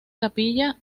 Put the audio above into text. capilla